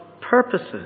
purposes